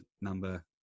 number